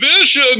vision